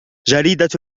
جريدة